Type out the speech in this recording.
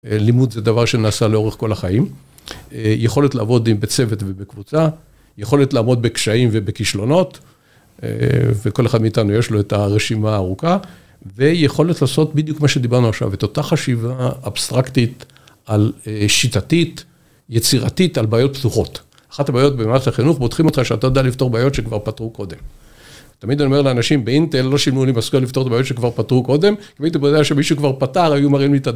לימוד זה דבר שנעשה לאורך כל החיים, יכולת לעבוד עם בצוות ובקבוצה, יכולת לעמוד בקשיים ובכישלונות, וכל אחד מאיתנו יש לו את הרשימה הארוכה, ויכולת לעשות בדיוק מה שדיברנו עכשיו, את אותה חשיבה אבסטרקטית, שיטתית, יצירתית על בעיות פתוחות. אחת הבעיות במערכת החינוך, בודקים אותך שאתה יודע לפתור בעיות שכבר פתרו קודם. תמיד אני אומר לאנשים באינטל, לא שילמו לי משכורת לפתור את הבעיות שכבר פטרו קודם, אם ראיתי בעיה שמישהו כבר פטר, היו מראים לי את ה...